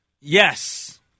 Yes